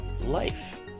life